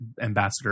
ambassador